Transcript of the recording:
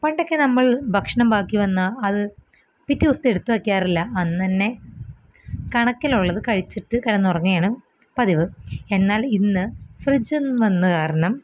പണ്ടക്കെ നമ്മൾ ഭക്ഷണം ബാക്കി വന്നാൽ അത് പിറ്റേ ദിവസത്തെ എടുത്ത് വെയ്ക്കാറില്ല അന്നന്നെ കാണിക്കിലുള്ളത് കഴിച്ചിട്ട് കിടന്നുറങ്ങെയാണ് പതിവ് എന്നാലിന്ന് ഫ്രിഡ്ജ് വന്ന കാരണം